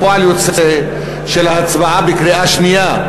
היא פועל יוצא של ההצבעה בקריאה שנייה.